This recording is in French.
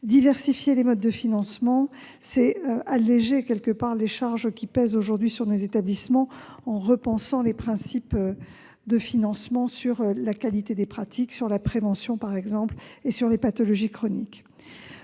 Diversifier les modes de financement, c'est alléger en quelque sorte les charges qui pèsent aujourd'hui sur les établissements, en repensant les principes de financement sur la qualité des pratiques, par exemple, sur la prévention et sur les pathologies chroniques.